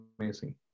amazing